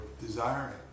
desiring